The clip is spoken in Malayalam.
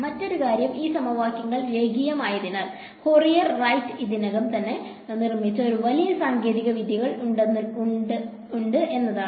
മറ്റൊരു കാര്യം ഈ സമവാക്യങ്ങൾ രേഖീയമായതിനാൽ ഫൊറിയർ റൈറ്റ് ഇതിനകം തന്നെ നിർമ്മിച്ച ഒരു വലിയ സാങ്കേതിക വിദ്യകളുണ്ട് എന്നതാണ്